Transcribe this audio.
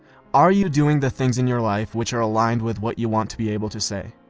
are you doing the things in your life, which are aligned with what you want to be able to say?